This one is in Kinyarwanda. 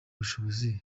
bushobozi